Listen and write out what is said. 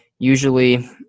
Usually